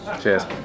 Cheers